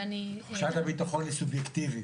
תחושת הביטחון היא סובייקטיבי.